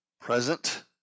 present